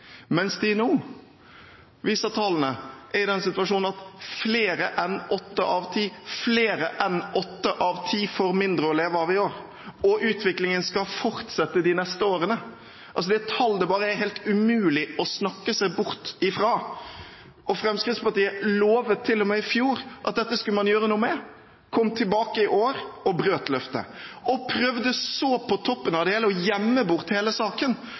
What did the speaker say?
mens tallene viser at de nå er i den situasjonen at flere enn åtte av ti – flere enn åtte av ti – får mindre å leve av i år, og utviklingen skal fortsette de neste årene. Det er tall det bare er helt umulig å snakke seg bort fra. Fremskrittspartiet lovet til og med i fjor at dette skulle man gjøre noe med. De kom tilbake i år og brøt løftet og prøvde så på toppen av det hele å gjemme bort hele saken